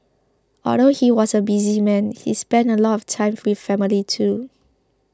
although he was a busy man he spent a lot of time with family too